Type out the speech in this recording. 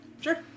Sure